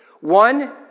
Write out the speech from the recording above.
One